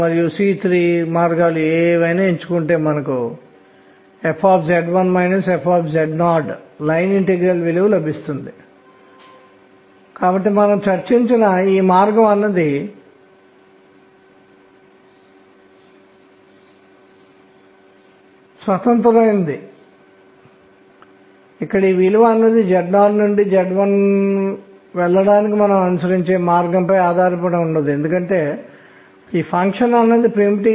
మరియు ఈ సందర్భంలో ఏమి జరిగిందంటే Li లిథియం సోడియం పొటాషియం మరియు మొదలైనవి అవి ఒకే విధమైన లక్షణాలను చూపించాయి బెరీలియం Mg మరియు కాల్షియం మరియు మొదలైనవి అవి ఒకే విధమైన లక్షణాలను చూపించాయి